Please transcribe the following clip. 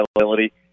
availability